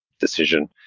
decision